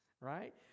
right